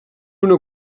una